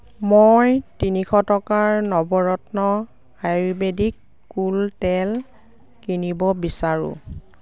মই তিনিশ টকাৰ নৱৰত্ন আয়ুৰ্বেদিক কুল তেল কিনিব বিচাৰোঁ